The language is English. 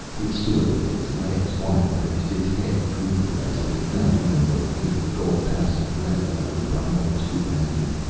it stood with its legs wide-braced, its head drooping, as if it found even the weight of the gold-tasseled, red-leather bridle too heavy.